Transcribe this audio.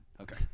Okay